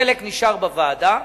חלק נשאר בוועדה,